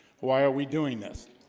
why are we doing this?